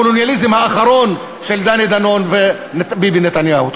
הקולוניאליזם האחרון של דני דנון וביבי נתניהו.